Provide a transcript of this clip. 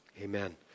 Amen